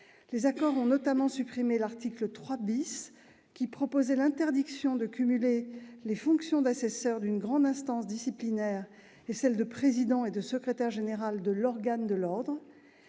Les accords ont notamment supprimé l'article 3 , qui tendait à interdire le cumul entre fonctions d'assesseur d'une instance disciplinaire et fonctions de président et secrétaire général de l'organe de l'Ordre.